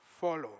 follow